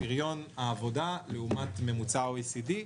פריון העבודה לעומת הממוצע ב-OECD.